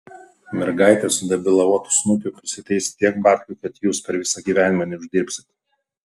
mergaitė su debilavotu snukiu prisiteis tiek babkių kad jūs per visą gyvenimą neuždirbsit